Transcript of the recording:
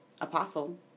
apostle